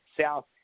South